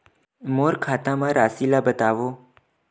मोर खाता म राशि ल बताओ?